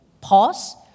pause